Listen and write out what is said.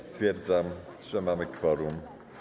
Stwierdzam, że mamy kworum.